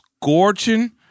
scorching